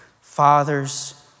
fathers